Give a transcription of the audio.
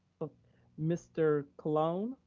but mr. colon.